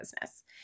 business